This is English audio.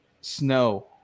snow